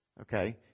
okay